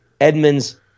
Edmonds